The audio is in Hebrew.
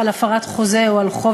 ואני חושב שהביא להצעת חוק שקולה וטובה.